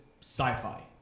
sci-fi